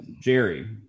Jerry